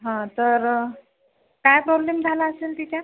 हा तर काय प्रॉब्लेम झाला असेल त्याच्यात